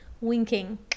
winking